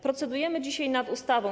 Procedujemy dzisiaj nad ustawą.